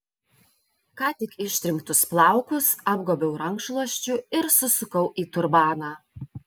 ką tik ištrinktus plaukus apgobiau rankšluosčiu ir susukau į turbaną